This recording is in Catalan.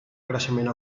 creixement